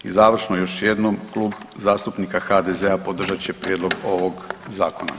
I završno još jednom Klub zastupnika HDZ-a podržat će prijedlog ovog zakona.